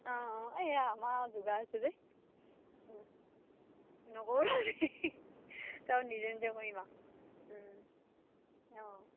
অঁ অঁ এইয়া আমাৰ যোগাৰ আছে যে নকৰোঁ চব নিজে নিজে কৰিম আৰু